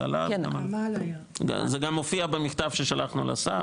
זה גם מופיע במכתב ששלחנו לשר וכו'.